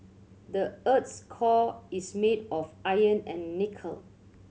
the earth's core is made of iron and nickel